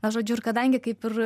na žodžiu ir kadangi kaip ir